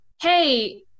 hey